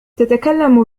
تتكلم